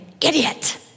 idiot